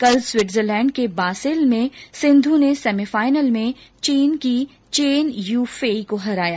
कल स्विट्जरलैंड के बासेल में सिंघु ने सेमीफाइनल में चीन की चेन यू फेई को हराया